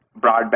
broadband